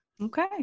Okay